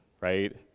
right